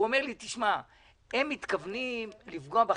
הוא אומר לי: תשמע, הם מתכוונים לפגוע בחרדים.